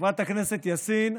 חברת הכנסת יאסין,